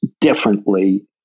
differently